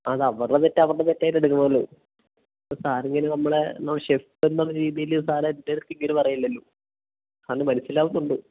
അതവരുടെ തെറ്റ് അവരുടെ തെറ്റായിട്ട് എടുക്കണമല്ലോ സാറിങ്ങനെ നമ്മളെ ഷെഫെന്നുള്ള രീതിയിൽ സാറെൻറ്റട്ത്തിങ്ങനെ പറയില്ലല്ലോ സാർന് മനസ്സിലാകുന്നുണ്ട്